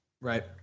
Right